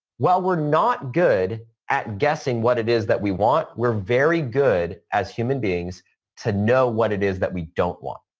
while we're not good at guessing what it is that we want, we're very good as human beings to know what it is that we don't want.